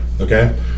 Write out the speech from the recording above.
okay